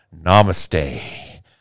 Namaste